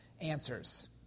answers